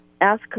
ask